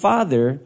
Father